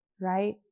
right